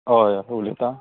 हय हय उलयता